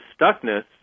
stuckness